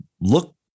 look